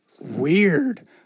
weird